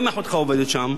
גם אם אחותך עובדת שם.